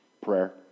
Prayer